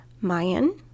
Mayan